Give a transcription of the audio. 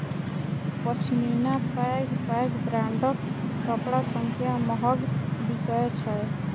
पश्मीना पैघ पैघ ब्रांडक कपड़ा सं महग बिकै छै